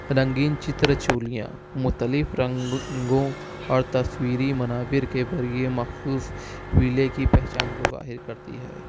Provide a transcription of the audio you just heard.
رنگین چتر چولیاں مختلف رنگوں اور تصویری مناظر کے ذریعے مخصوص ویلے کی پہچان کو ظاہر کرتی ہے